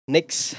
Next